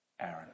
Aaron